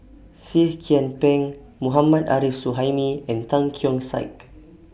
Seah Kian Peng Mohammad Arif Suhaimi and Tan Keong Saik